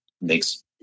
makes